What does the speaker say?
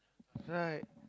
right